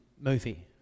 movie